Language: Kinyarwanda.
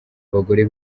abagore